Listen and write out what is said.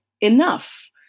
enough